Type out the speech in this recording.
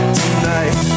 tonight